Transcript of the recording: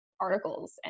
articles